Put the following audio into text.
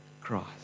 Christ